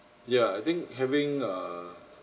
yeah I think having err